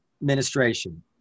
administration